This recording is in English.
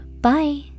Bye